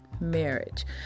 marriage